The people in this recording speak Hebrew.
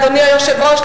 אדוני היושב-ראש,